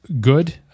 good